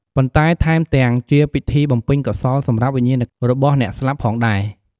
ប៉ុន្តែថែមទាំងជាពិធីបំពេញកុសលសម្រាប់វិញ្ញាណរបស់អ្នកស្លាប់ផងដែរ។